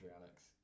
Alex